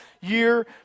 year